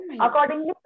accordingly